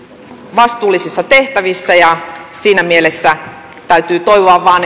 vastuullisissa tehtävissä ja siinä mielessä täytyy toivoa vain